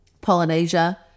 Polynesia